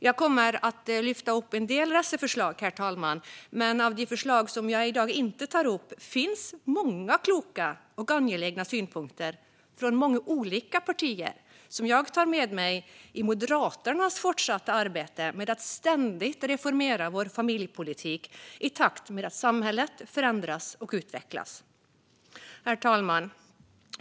Jag kommer att lyfta upp en del av dessa förslag, herr talman, men i de förslag som jag i dag inte tar upp finns många kloka och angelägna synpunkter från många olika partier som jag tar med mig i Moderaternas fortsatta arbete med att ständigt reformera vår familjepolitik i takt med att samhället förändras och utvecklas. Herr talman!